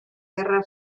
guerra